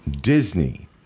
Disney